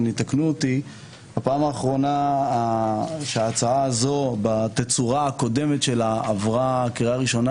הפעם האחרונה שההצעה הזו בתצורתה הקודמת עברה קריאה ראשונה